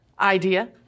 idea